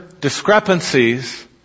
discrepancies